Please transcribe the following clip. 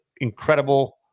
incredible